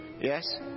yes